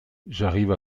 j’arrive